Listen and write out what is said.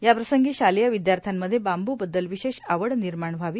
या प्रसंगी शालेय विदयार्थ्यांमध्ये बांबू बद्दल विशेष आवड निर्माण व्हावी